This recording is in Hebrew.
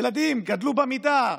ילדים גדלו במידה,